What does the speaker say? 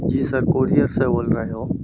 जी sir courier से बोल रहे हो